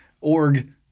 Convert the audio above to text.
Org